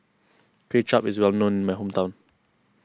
Kuay Chap is well known in my hometown